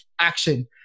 action